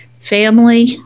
family